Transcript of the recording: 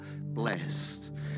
blessed